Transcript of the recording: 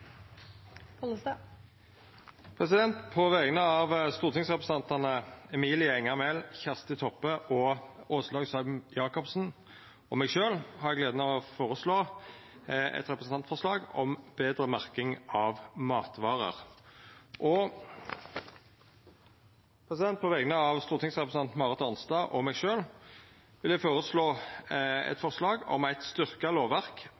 representantforslag. På vegner av stortingsrepresentantane Emilie Enger Mehl, Kjersti Toppe, Åslaug Sem-Jacobsen og meg sjølv har eg gleda av å leggja fram eit representantforslag om betre merking av matvarer. På vegner av stortingsrepresentanten Marit Arnstad og meg sjølv vil eg leggja fram eit forslag om eit styrkt lovverk